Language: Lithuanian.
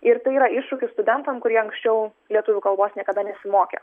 ir tai yra iššūkis studentam kurie anksčiau lietuvių kalbos niekada nesimokė